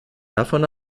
davon